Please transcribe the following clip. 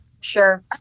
Sure